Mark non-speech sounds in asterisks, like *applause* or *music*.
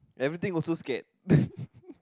everything also scared *laughs*